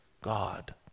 God